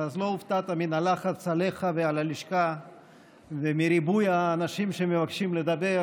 אז לא הופתעת מהלחץ עליך ועל הלשכה מריבוי האנשים שמבקשים לדבר,